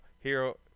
hero